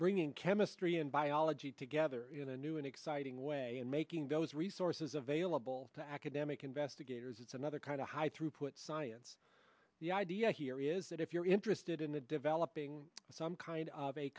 bringing chemistry and biology together in a new and exciting way and making those resources available to academic investigators is another kind of high throughput science the idea here is that if you're interested in a developing some kind of a